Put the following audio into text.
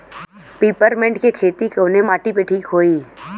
Peppermint के खेती कवने माटी पे ठीक होई?